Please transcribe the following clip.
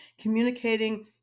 communicating